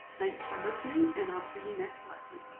thanks for listening, and i'll see you next lesson.